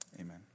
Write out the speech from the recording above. amen